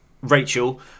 Rachel